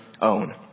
own